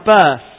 birth